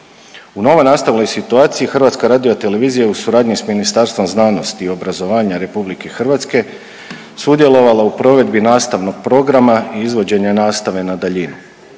U novonastaloj situaciji HRT je u suradnji s Ministarstvom znanosti i obrazovanja RH sudjelovala u provedbi nastavnog programa i izvođenja nastave na daljinu.